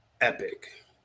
epic